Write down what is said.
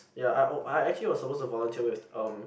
ya I oh I actually was supposed to volunteer with um